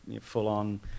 full-on